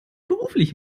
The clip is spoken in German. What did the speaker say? beruflich